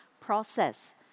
process